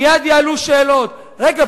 מייד יעלו שאלות: רגע,